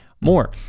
more